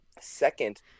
second